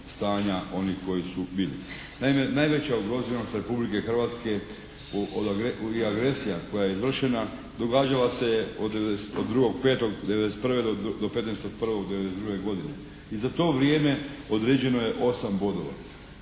Naime, najveća ugroženost Republike Hrvatske i agresija koja je izvršena događala se je od 2.5.'91. do 15.1.'92. godine i za to vrijeme određeno je osam bodova.